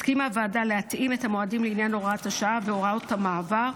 הסכימה הוועדה להתאים את המועדים לעניין הוראת השעה והוראות המעבר,